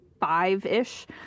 five-ish